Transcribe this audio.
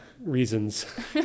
reasons